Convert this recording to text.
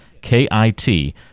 K-I-T